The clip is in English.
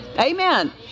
Amen